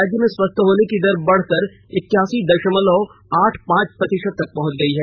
राज्य में स्वस्थ होने की दर बढ़कर इक्यासी दशमलव आठ पांच प्रतिशत हो गई है